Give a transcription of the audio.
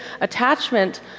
attachment